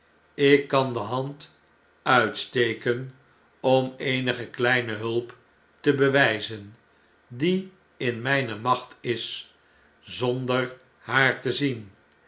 ik kan de hand uitsteken om eenige kleine hulp te bewijzen die in mgne macht is zonmmm in londen en parijs der haar te zied